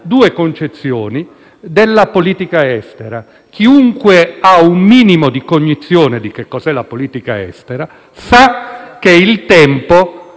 due concezioni della politica estera. Chiunque ha un minimo di cognizione di cosa sia la politica estera, sa che il tempo